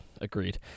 agreed